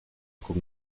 con